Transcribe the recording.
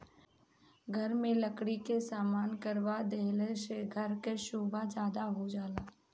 घर में लकड़ी के काम करवा देहला से घर के सोभा ज्यादे हो जाला